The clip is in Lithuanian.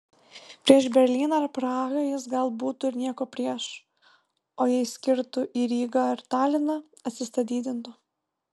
prieš berlyną ar prahą jis gal būtų ir nieko prieš o jei skirtų į rygą ar taliną atsistatydintų